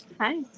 Hi